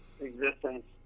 existence